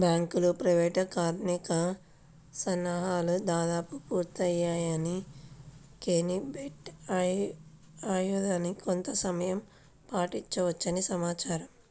బ్యాంకుల ప్రైవేటీకరణకి సన్నాహాలు దాదాపు పూర్తయ్యాయని, కేబినెట్ ఆమోదానికి కొంత సమయం పట్టవచ్చని సమాచారం